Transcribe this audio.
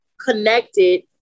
connected